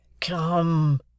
Come